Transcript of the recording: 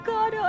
God